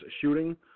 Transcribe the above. shooting